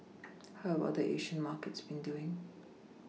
how are the Asian markets been doing